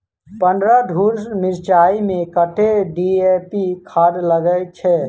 पन्द्रह धूर मिर्चाई मे कत्ते डी.ए.पी खाद लगय छै?